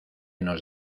nos